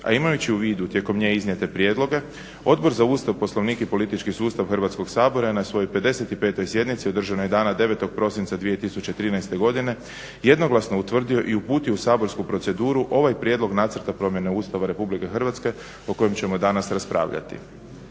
a imajući u vidu tijekom nje iznijete prijedloge Odbora za Ustav, Poslovnik i politički sustav Hrvatskog sabora je na svojoj 55.sjednici održanoj dana 9.prosinca 2013.godine jednoglasno utvrdio i uputio u saborsku proceduru ovaj prijedlog nacrta promjene Ustava RH o kojem ćemo danas raspravljati.